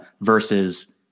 versus